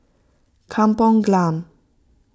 Kampung Glam